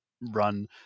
run